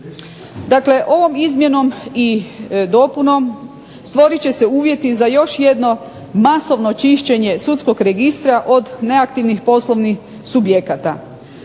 Dakle, ovom izmjenom i dopunom stvorit će se uvjeti za još jedno masovno čišćenje sudskog registra od neaktivnih poslovnih subjekata.